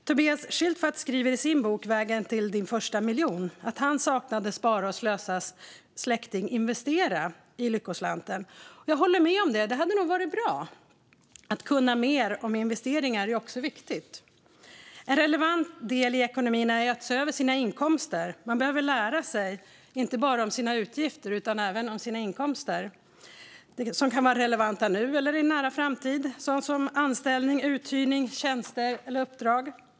Tobias Schildfat skriver i sin bok Vägen till din första miljon att han saknade Sparas och Slösas släkting Investera i Lyckoslanten. Jag håller med om det; det hade nog varit bra. Att kunna mer om investeringar är också viktigt. En relevant del i ekonomin är att se över sina inkomster. Man behöver lära sig inte bara om sina utgifter utan även om sina inkomster, som kan vara relevanta nu eller i en nära framtid. Det kan handla om anställning, uthyrning, tjänster eller uppdrag.